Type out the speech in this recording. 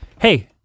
hey